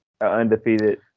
undefeated